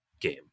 game